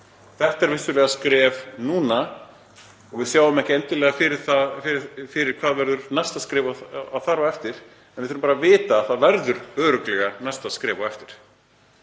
Þetta er vissulega skref núna og við sjáum ekki endilega fyrir hvað verður næsta skref þar á eftir en við þurfum bara að vita að það verður örugglega næsta skref á eftir.